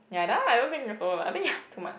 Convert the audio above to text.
ya that one I don't think also lah I think it's too much